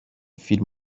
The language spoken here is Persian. فیلم